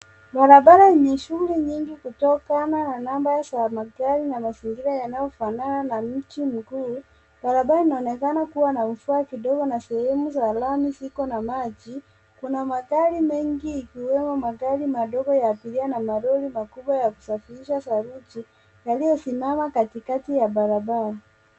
Barabara yenye shuguli nyingi kutokana na namba za magari na mazingira yanafonana na mji mkuu. Barabara inaonekana kuwa na mvua kidogo na sehemu za lami zikona maji, kuna magari mengi ikiwemo magari madogo ya abiria na malori makubwa ya kusafirisha saruji yaliyosimama katikati ya barabara.